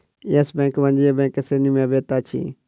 yes Bank वाणिज्य बैंक के श्रेणी में अबैत अछि